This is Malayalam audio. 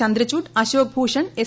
ചന്ദ്രചൂഢ് അശോക് ഭൂഷൺ എസ്